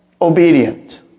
obedient